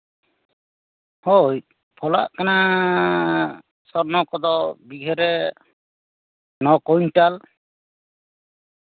ᱦᱳᱭ ᱯᱷᱚᱞᱟᱜ ᱠᱟᱱᱟ ᱥᱚᱨᱱᱚ ᱠᱚᱫᱚ ᱵᱤᱜᱷᱟᱹᱨᱮ ᱱᱚ ᱠᱩᱭᱤᱱᱴᱟᱞ